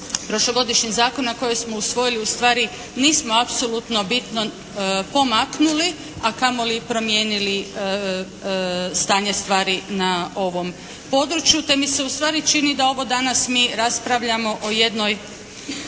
prošlogodišnjih zakona koje smo usvojili ustvari nismo apsolutno bitno pomaknuli, a kamoli promijenili stanje stvari na ovom području te mi se ustvari čini da ovo danas mi raspravljamo o jednoj